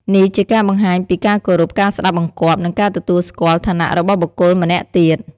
នេះជាការបង្ហាញពី ការគោរព ការស្ដាប់បង្គាប់ និងការទទួលស្គាល់ ឋានៈរបស់បុគ្គលម្នាក់ទៀត។